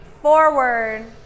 Forward